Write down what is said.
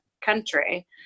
country